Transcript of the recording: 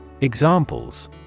Examples